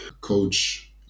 coach